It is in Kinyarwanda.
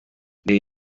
reyo